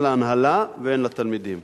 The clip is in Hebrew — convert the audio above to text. הן להנהלה והן לתלמידים.